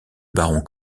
baron